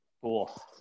Cool